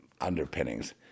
underpinnings